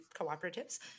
cooperatives